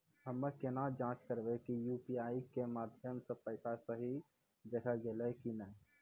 हम्मय केना जाँच करबै की यु.पी.आई के माध्यम से पैसा सही जगह गेलै की नैय?